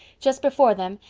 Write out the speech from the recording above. just before them,